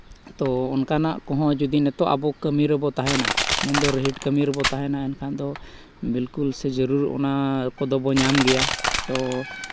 ᱛᱚ ᱚᱱᱠᱟᱱᱟᱜ ᱠᱚᱦᱚᱸ ᱡᱩᱫᱤ ᱱᱤᱛᱳᱜ ᱟᱵᱚ ᱠᱟᱹᱢᱤ ᱨᱮᱵᱚ ᱛᱟᱦᱮᱱᱟ ᱩᱱ ᱫᱚ ᱨᱤᱦᱤᱴ ᱠᱟᱹᱢᱤ ᱨᱮᱵᱚ ᱛᱟᱦᱮᱱᱟ ᱮᱱᱠᱷᱟᱱ ᱫᱚ ᱵᱤᱞᱠᱩᱞ ᱥᱮ ᱡᱟᱨᱩᱲ ᱚᱱᱟ ᱠᱚᱫᱚ ᱵᱚ ᱧᱟᱢ ᱜᱮᱭᱟ ᱛᱚ